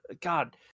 God